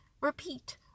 repeat